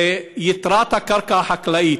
ביתרת הקרקע החקלאית,